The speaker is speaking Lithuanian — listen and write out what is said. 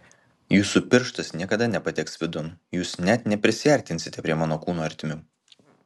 jūsų pirštas niekada nepateks vidun jūs net neprisiartinsite prie mano kūno ertmių